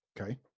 okay